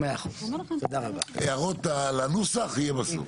הערות לנוסח יהיה בסוף.